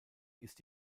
ist